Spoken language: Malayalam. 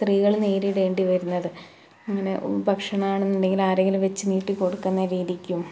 സ്ത്രീകൾ നേരിടേണ്ടിവരുന്നത് ഇങ്ങനെ ഭക്ഷണമാണെന്നുണ്ടെങ്കിൽ ആരെങ്കിലും വെച്ച് നീട്ടി കൊടുക്കുന്ന രീതിക്കും